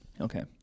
Okay